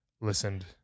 listened